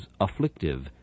afflictive